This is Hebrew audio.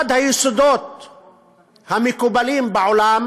אחד היסודות המקובלים בעולם